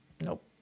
Nope